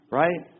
right